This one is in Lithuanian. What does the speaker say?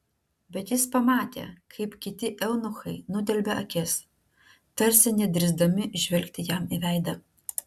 bet jis pamatė kaip kiti eunuchai nudelbia akis tarsi nedrįsdami žvelgti jam į veidą